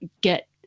get